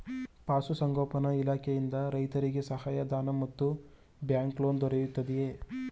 ಪಶು ಸಂಗೋಪನಾ ಇಲಾಖೆಯಿಂದ ರೈತರಿಗೆ ಸಹಾಯ ಧನ ಮತ್ತು ಬ್ಯಾಂಕ್ ಲೋನ್ ದೊರೆಯುತ್ತಿದೆಯೇ?